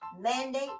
mandate